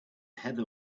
heather